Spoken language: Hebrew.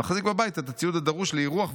מחזיק בבית את הציוד הדרוש לאירוח,